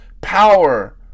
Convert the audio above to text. power